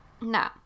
No